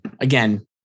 again